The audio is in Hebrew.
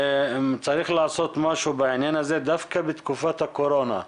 צריך לעשות משהו בעניין הזה דווקא בתקופת הקורונה.